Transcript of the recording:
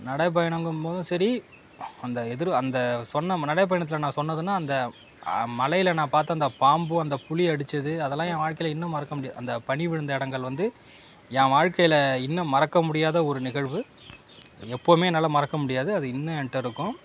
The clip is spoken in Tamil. நடைப்பயணங்கும் போதும் சரி அந்த எதிர் அந்த சொன்ன நடைப்பயணத்தில் நான் சொன்னதுனா அந்த மலையில் நான் பார்த்த அந்த பாம்பு அந்த புலி அடிச்சது அதெலாம் ஏன் வாழ்க்கையில் இன்னும் மறக்கமுடியாது அந்த பனி விழுந்த இடங்கள் வந்து ஏன் வாழ்க்கையில இன்னும் மறக்கமுடியாத ஒரு நிகழ்வு எப்போதுமே என்னால் மறக்க முடியாது அது இன்னும் என்கிட்ட இருக்கும்